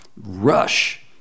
Rush